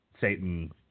Satan